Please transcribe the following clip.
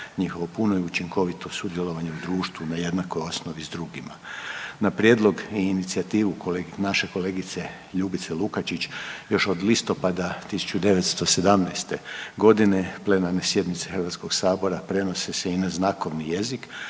njihovo puno i učinkovito sudjelovanje u društvu na jednakoj osnovi s drugima. Na prijedlog i inicijativu naše kolegice Ljubice Lukačić još od listopada 1917.g. plenarne sjednice HS prenose se i na znakovni jezik